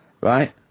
Right